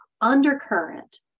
undercurrent